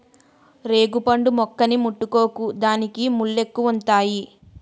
రేగుపండు మొక్కని ముట్టుకోకు దానికి ముల్లెక్కువుంతాయి